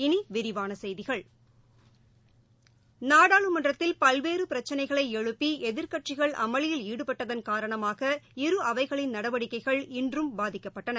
இனி விரிவான செய்திகள் நாடாளுமன்றத்தில் பல்வேறு பிரச்சினைகளை எழுப்பி எதிர்க்கட்சிகள் அமளியில் ஈடுபட்டதன் காரணமாக இரு அவைகளின் நடவடிக்கைகள் இன்றும் பாதிக்கப்பட்டன